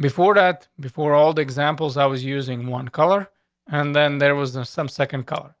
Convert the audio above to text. before before that, before all the examples i was using one color and then there was some second color.